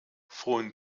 von